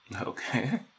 Okay